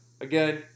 again